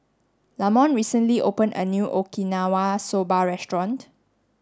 Lamont recently opened a new Okinawa Soba restaurant